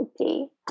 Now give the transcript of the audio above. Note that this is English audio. Okay